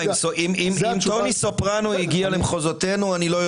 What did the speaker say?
אם טוני סופרנו הגיעו למחוזותינו אני לא יודע.